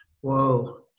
Whoa